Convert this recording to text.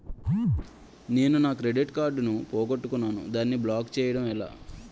నేను నా credit card పోగొట్టుకున్నాను దానిని బ్లాక్ చేయడం ఎలా?